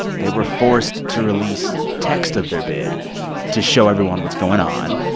they were forced to release text of their bid to show everyone what's going on.